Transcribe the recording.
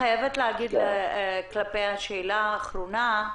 לגבי השאלה האחרונה,